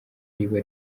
riba